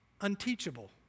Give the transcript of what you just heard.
unteachable